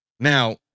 Now